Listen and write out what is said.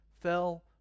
fell